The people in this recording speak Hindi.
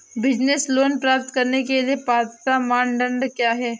बिज़नेस लोंन प्राप्त करने के लिए पात्रता मानदंड क्या हैं?